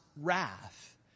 wrath